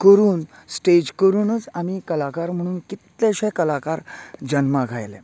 करून स्टेज करूनूच आमी कलाकार म्हणून कितलेशे कलाकार जल्माक आयले